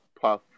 Puff